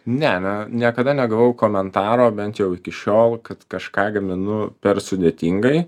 ne ne niekada negavau komentaro bent jau iki šiol kad kažką gaminu per sudėtingai